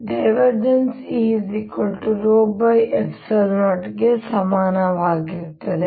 E ಗೆ ಸಮಾನವಾಗಿರುತ್ತದೆ